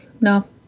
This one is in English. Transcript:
no